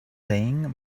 saying